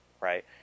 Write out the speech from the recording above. right